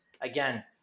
again